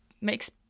makes